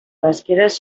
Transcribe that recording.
pesqueres